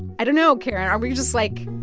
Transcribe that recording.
i don't know, karen. are we just, like.